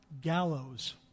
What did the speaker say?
gallows